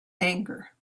anger